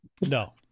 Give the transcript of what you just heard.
No